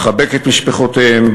נחבק את משפחותיהם,